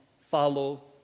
follow